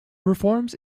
reforms